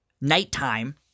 Nighttime